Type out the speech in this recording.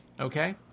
Okay